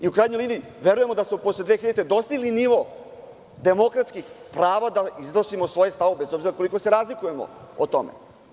U krajnjoj liniji, verujemo da smo posle 2000. godine dostigli nivo demokratskih prava da iznosimo svoje stavove, bez obzira koliko se razlikujemo o tome.